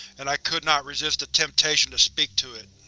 and i could not resist the temptation to speak to it.